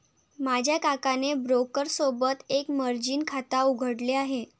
माझ्या काकाने ब्रोकर सोबत एक मर्जीन खाता उघडले आहे